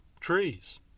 trees